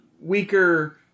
weaker